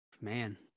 man